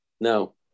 No